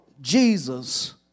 Jesus